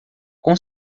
com